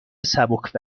سبک